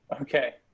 Okay